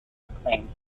acclaimed